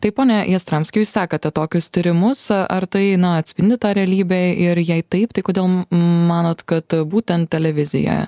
taip pone jastramski jūs sekate tokius tyrimus ar tai atspindi tą realybę ir jei taip tai kodėl manot kad būtent televizija